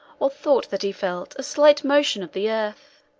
or thought that he felt, a slight motion of the earth.